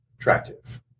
attractive